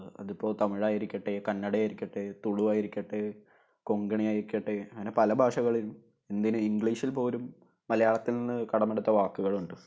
അതിപ്പോൾ തമിഴായിരിക്കട്ടെ കന്നഡയായിരിക്കട്ടെ തുളുവായിരിക്കട്ടെ കൊങ്കണിയായിരിക്കട്ടെ അങ്ങനെ പല ഭാഷകളിൽ എന്തിന് ഇംഗ്ലീഷിൽ പോലും മലയാളത്തിൽ നിന്നു കടമെടുത്ത വാക്കുകളുണ്ട്